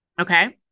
okay